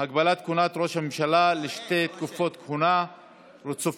הגבלת כהונת ראש הממשלה לשתי תקופות כהונה רצופות),